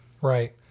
Right